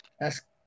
ask